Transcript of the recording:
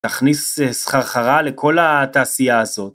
תכניס סחרחרה לכל התעשייה הזאת.